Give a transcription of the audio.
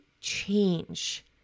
change